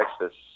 Texas